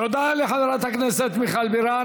תודה לחברת הכנסת מיכל בירן.